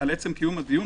על עצם קיום הדיון,